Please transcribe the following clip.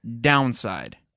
downside